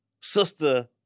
sister